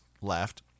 left